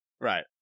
Right